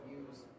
use